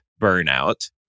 burnout